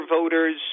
voters